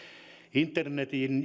internetin